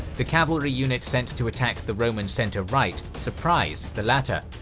the cavalry unit sent to attack the roman center right surprised the latter,